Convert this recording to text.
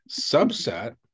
subset